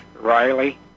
Riley